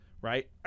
Right